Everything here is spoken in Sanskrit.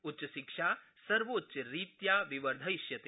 उच्चशिक्षा सर्वोच्चरीत्या विवर्धिष्यते